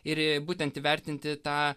ir į būtent įvertinti tą